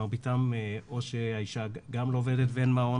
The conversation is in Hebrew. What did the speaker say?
מרביתם או שהאישה גם לא עובדת ואין מעון